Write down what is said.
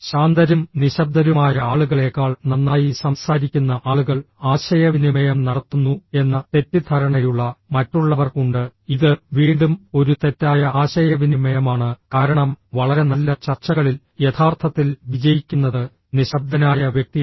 ശാന്തരും നിശ്ശബ്ദരുമായ ആളുകളേക്കാൾ നന്നായി സംസാരിക്കുന്ന ആളുകൾ ആശയവിനിമയം നടത്തുന്നു എന്ന തെറ്റിദ്ധാരണയുള്ള മറ്റുള്ളവർ ഉണ്ട് ഇത് വീണ്ടും ഒരു തെറ്റായ ആശയവിനിമയമാണ് കാരണം വളരെ നല്ല ചർച്ചകളിൽ യഥാർത്ഥത്തിൽ വിജയിക്കുന്നത് നിശബ്ദനായ വ്യക്തിയാണ്